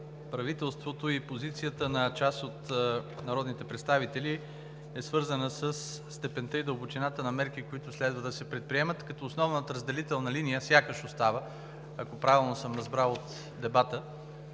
правителството и позицията на част от народните представители е свързана със степента и дълбочината на мерки, които следва да се предприемат, като основната разделителна линия сякаш остава, ако правилно съм разбрал от дебата,